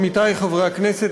עמיתי חברי הכנסת,